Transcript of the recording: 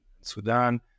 Sudan